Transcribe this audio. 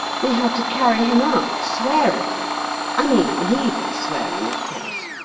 we had to carry him out swearing i mean he was swearing, of course.